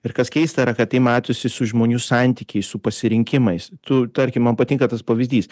ir kas keista yra kad tai matosi su žmonių santykiais su pasirinkimais tu tarkim man patinka tas pavyzdys